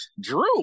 Drew